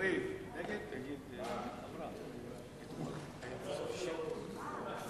ההצעה להעביר את הצעת חוק הגנת הסביבה (שימוש מושכל במשאבי